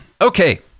Okay